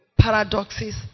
Paradoxes